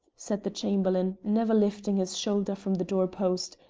said the chamberlain, never lifting his shoulder from the door-post,